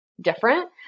different